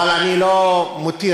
אבל אני לא מותיר,